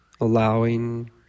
allowing